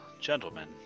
gentlemen